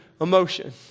emotion